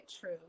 true